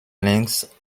längs